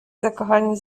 zakochani